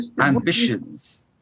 ambitions